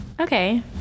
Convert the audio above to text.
okay